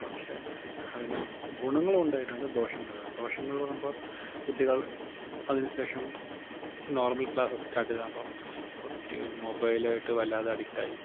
പക്ഷേ അതിന് ഗുണങ്ങളുണ്ടായിട്ടുണ്ട് ദോഷങ്ങൾ ഉണ്ടായിട്ടുണ്ട് ദോഷങ്ങൾ പറയുമ്പോൾ കുട്ടികൾ അതിനു ശേഷം നോർമൽ ക്ലാസ് സ്റ്റാർട്ട് ചെയ്തപ്പം കുട്ടികൾ മൊബൈലായിട്ട് വല്ലാതെ അഡിക്റ്റായി